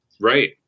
right